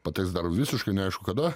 pateks dar visiškai neaišku kada